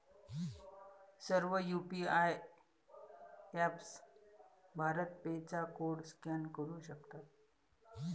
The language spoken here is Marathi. सर्व यू.पी.आय ऍपप्स भारत पे चा कोड स्कॅन करू शकतात